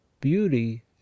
beauty